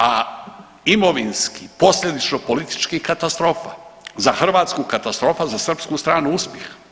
A imovinski, posljedično politički katastrofa, za Hrvatsku katastrofa, za srpsku stranu uspjeh.